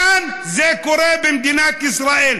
כאן זה קורה במדינת ישראל.